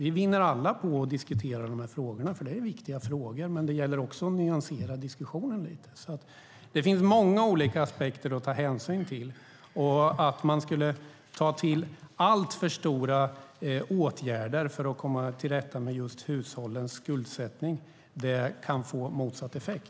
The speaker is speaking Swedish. Vi vinner alla på att diskutera de här frågorna, för det är viktiga frågor, men det gäller också att nyansera diskussionen lite. Det finns många olika aspekter att ta hänsyn till. Att man skulle ta till alltför stora åtgärder för att komma till rätta med just hushållens skuldsättning kan få motsatt effekt.